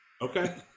Okay